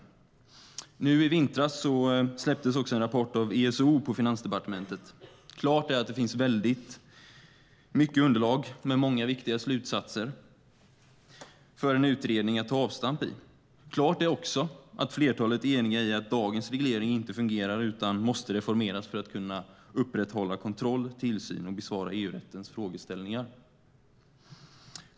Nu i vintras släpptes också en rapport av ESO på Finansdepartementet.Klart är att det finns väldigt mycket underlag med många viktiga slutsatser för en utredning att ta avstamp i. Klart är också att flertalet är eniga i att dagens reglering inte fungerar utan måste reformeras för att kunna upprätthålla kontroll och tillsyn och besvara EU-rättens frågeställningar.